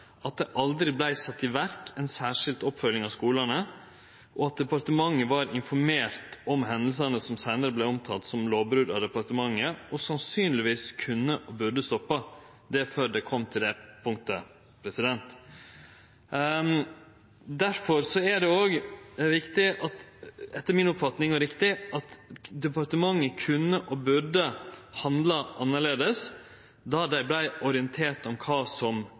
og at departementet var informert om hendingane som seinare vart omtalte som lovbrot av departementet, og som sannsynlegvis kunne og burde ha vore stoppa før det kom til det punktet. Difor er det òg etter mi oppfatning viktig og riktig at departementet kunne og burde handla annleis då dei vart orienterte om kva som